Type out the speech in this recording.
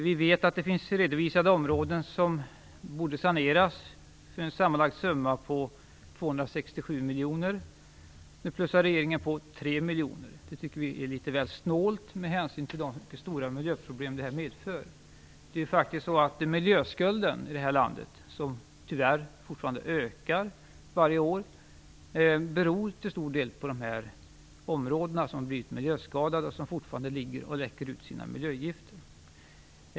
Vi vet att det finns redovisade områden som borde saneras för en sammanlagd summa på 267 miljoner. Nu plussar regeringen på 3 miljoner. Det tycker vi är litet väl snålt med hänsyn till de mycket stora miljöproblem det medför. Miljöskulden i detta land, som tyvärr fortfarande ökar varje år, beror till stor del på dessa områden som blivit miljöskadade och som fortfarande läcker ut sina miljögifter.